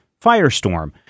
Firestorm